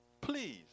Please